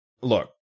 Look